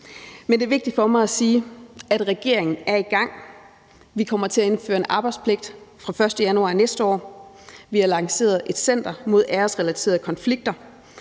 Men det er vigtigt for mig at sige, at regeringen er i gang. Vi kommer til at indføre en arbejdspligt fra den 1. januar næste år. Vi har lanceret et center mod æresrelaterede konflikter.